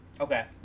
Okay